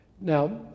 Now